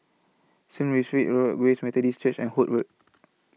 Saint Road Grace Methodist Church and Holt Road